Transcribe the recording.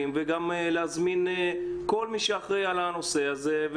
וגם להזמין את כל מי שאחראי על הנושא הזה.